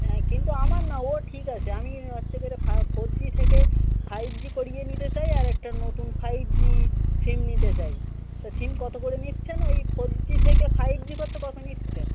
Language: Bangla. হ্যাঁ কিন্তু আমার না ও ঠিক আছে আমি আস্তে করে ফা ফোর জি থেকে ফাইভ জি করিয়ে নিতে চাই আর একটা নতুন ফাইভ জি সিম নিতে চাই তা সিম কত করে নিচ্ছেন ওই ফোর জি থেকে ফাইভ জি করতে কত নিচ্ছেন